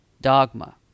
dogma